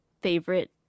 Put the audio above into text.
favorite